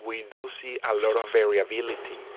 we do see a lot of variability